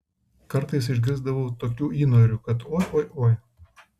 kartais išgirsdavau tokių įnorių kad oi oi oi